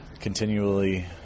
continually